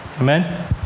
Amen